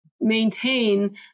maintain